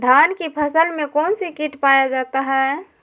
धान की फसल में कौन सी किट पाया जाता है?